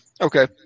Okay